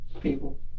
People